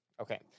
Okay